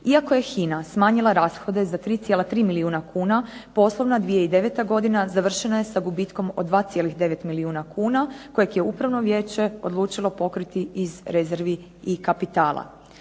Iako je HINA smanjila rashode za 3,3, milijuna kuna, poslovna 2009. godina završena je sa gubitkom od 2,9 milijuna kuna kojeg je upravno vijeće odlučilo pokriti iz rezervi i kapitala.